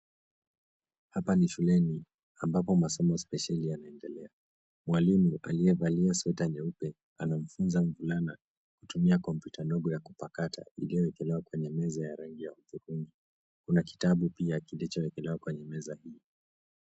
Hapa ni shuleni ,ambapo masomo spesheli yanaendelea. Mwalimu, aliyevalia sweta nyeupe, anamfunza mvulana, kutumia kompyuta ndogo ya kupakata iliyowekelewa kwenye meza ya rangi ya hudhurungi. Kuna kitabu pia, kilichowekelewa kwenye meza hii.